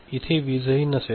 इथे वीजही नसेल